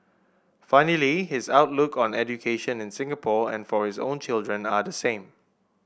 funnily his outlook on education in Singapore and for his own children are the same